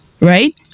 right